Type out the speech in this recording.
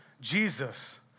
Jesus